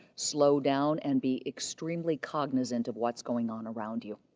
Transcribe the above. slow down, and be extremely cognizant of what is going on around you.